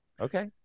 Okay